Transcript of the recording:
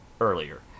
earlier